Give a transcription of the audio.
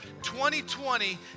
2020